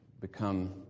Become